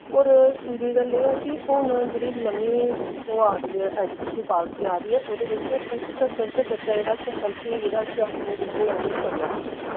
दूई गल्ल एह् ऐ कि हून नमीं जेह्ड़ी ओह् आ दी ऐ ऐजुकेशन पालसी जेह्ड़ी आ दी ऐ ओह्दे बिच्च फिफ्थ तक्कर बच्चा जेह्ड़ा उस्सी कम्पल्सरी होई गेदा उस्सी अपनी रीजनल लैंग्वेज पढ़ना